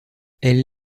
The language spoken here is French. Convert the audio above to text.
elle